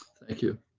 thank you.